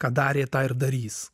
ką darė tą ir darys